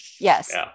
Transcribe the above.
Yes